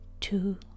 two